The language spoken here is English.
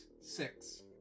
six